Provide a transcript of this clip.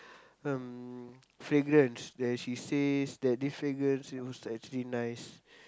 um fragrance that she says that this fragrance use actually nice